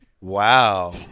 Wow